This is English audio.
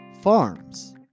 Farms